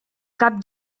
cap